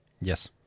Yes